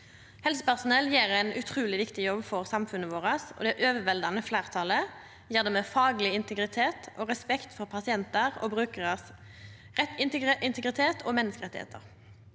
Helsepersonell gjer ein utruleg viktig jobb for samfunnet vårt, og det overveldande fleirtalet gjer det med fagleg integritet og respekt for integriteten og menneskerettane